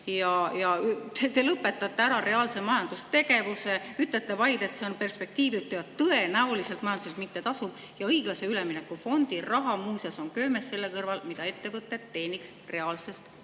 Te lõpetate ära reaalse majandustegevuse ja ütlete vaid, et see on perspektiivitu ja tõenäoliselt majanduslikult mittetasuv. Ja õiglase ülemineku fondi raha, muuseas, on köömes selle kõrval, mida ettevõtted teeniks reaalsest majandustegevusest.